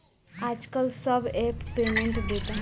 आजकल सब app payment देता